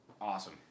awesome